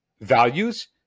values